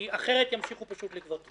כי אחרת ימשיכו פשוט לגבות.